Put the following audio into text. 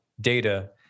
data